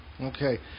Okay